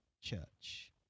church